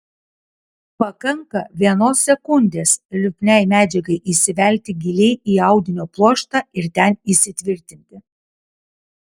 pakanka vienos sekundės lipniai medžiagai įsivelti giliai į audinio pluoštą ir ten įsitvirtinti